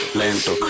lento